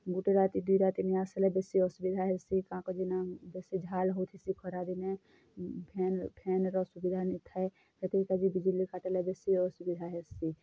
ଗୁଟେ ରାତି ଦୁଇ ରାତି ନାଇଁ ଆସ୍ଲେ ବେଶୀ ଅସୁବିଧା ହେସି କାଁକାଜେ ନା ବୋଶୀ ଝାଲ୍ ହଉଥିସି ଖରା ଦିନେ ଫେନ୍ ଫେନ୍ର ସୁବିଧା ନେ ଥାଏ ସେଥିର୍ କାଜେ ବିଜୁଳି କାଟ୍ଲେ ବେଶୀ ଅସୁବିଧା ହେସି